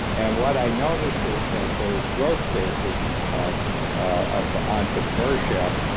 and what i noticed is that there's growth stages of of entrepreneurship,